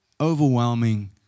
overwhelming